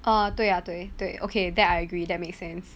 uh 对啊对对 ok that I agree that makes sense